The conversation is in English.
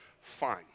fine